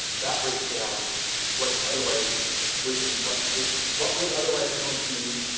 that breaks down what's otherwise would be what is what would otherwise known be